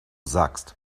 sagst